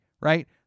right